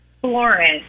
florence